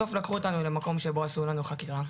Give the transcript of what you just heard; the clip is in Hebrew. בסוף לקחו אותנו למקום שבו עשו לנו חקירה,